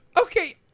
okay